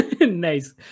Nice